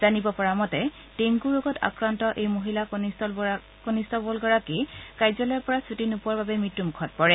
জানিব পৰা মতে ডেংগু ৰোগত আক্ৰান্ত এই মহিলা কনিষ্টবলগৰাকী কাৰ্যালয়ৰ পৰা ছুটী নোপোৱাৰ বাবেই মৃত্যু মুখত পৰে